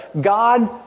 God